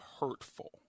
hurtful